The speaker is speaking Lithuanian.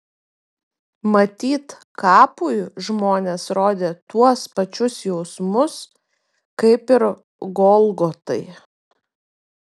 matyt kapui žmonės rodė tuos pačius jausmus kaip ir golgotai